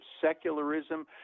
secularism